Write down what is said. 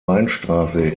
weinstraße